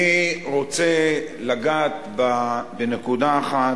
אני רוצה לגעת בנקודה אחת,